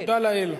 תודה לאל.